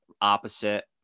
opposite